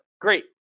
great